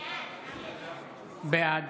בעד